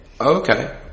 Okay